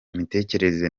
imitekerereze